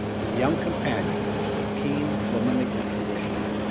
his young companion, with keen, womanly intuition,